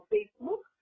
Facebook